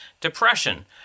depression